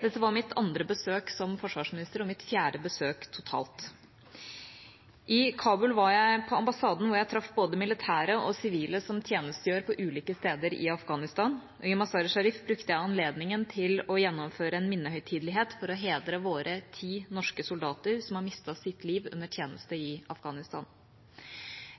Dette var mitt andre besøk som forsvarsminister og mitt fjerde besøk totalt. I Kabul var jeg på ambassaden, hvor jeg traff både militære og sivile som tjenestegjør på ulike steder i Afghanistan, og i Mazar-e Sharif brukte jeg anledningen til å gjennomføre en minnehøytidelighet for å hedre våre ti norske soldater som har mistet sitt liv under tjeneste i Afghanistan.